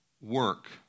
work